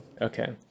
Okay